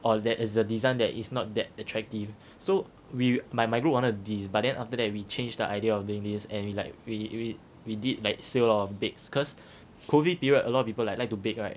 or that is the design that is not that attractive so we my my group wanted these but then after that we change the idea of doing this and we like we we did like sale of bakes cause COVID period a lot of people like like to bake right